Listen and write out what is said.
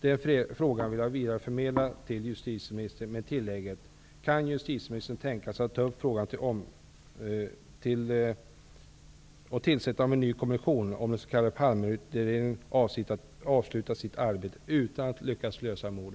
Den frågan vill jag förmedla till justitieministern med tillägget: Kan justitieministern tänka sig att ta upp frågan och tillsätta en ny kommission om den s.k.